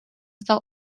стал